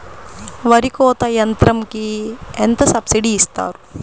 వరి కోత యంత్రంకి ఎంత సబ్సిడీ ఇస్తారు?